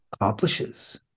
accomplishes